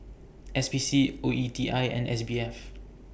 S P C O E T I and S B F